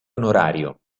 onorario